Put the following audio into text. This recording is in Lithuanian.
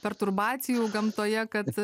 perturbacijų gamtoje kad